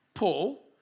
Paul